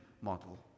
model